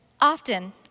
Often